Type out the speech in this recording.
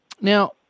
Now